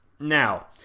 Now